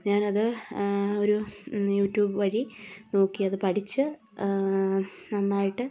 ഞാനത് ഒരു യൂട്യൂബ് വഴി നോക്കിയത് പഠിച്ച് നന്നായിട്ട്